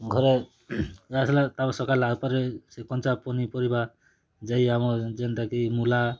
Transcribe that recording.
ଘରେ ଆସଲେ ତାରପରେ ସକାଲେ ଆର୍ ପାରେ ସେ କଞ୍ଚା ପନିପରିବା ଯାଇ ଆମର୍ ଯେନଟା କି ମୂଲା